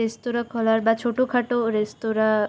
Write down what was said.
রেস্তোরাঁ খোলার বা ছোটোখাটো রেস্তোরাঁ